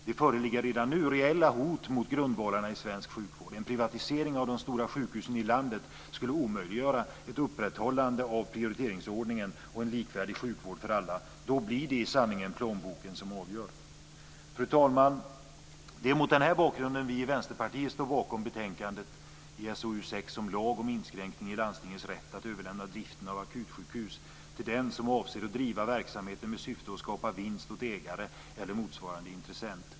Det föreligger redan nu reella hot mot grundvalarna i svensk sjukvård. En privatisering av de stora sjukhusen i landet skulle omöjliggöra ett upprätthållande av prioriteringsordningen och en likvärdig sjukvård för alla. Då blir det i sanning plånboken som avgör. Fru talman! Det är mot denna bakgrund vi i Vänsterpartiet står bakom betänkandet SoU6 om lag om inskränkning i landstingets rätt att överlämna driften av akutsjukhus till den som avser att driva verksamheten med syfte att skapa vinst åt ägare eller motsvarande intressent.